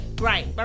Right